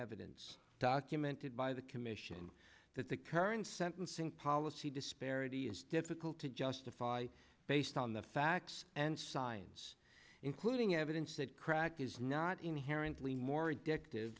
evidence documented by the commission that the in sentencing policy disparity is difficult to justify based on the facts and science including evidence that crack is not inherently more addictive